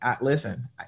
listen